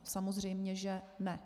Samozřejmě že ne.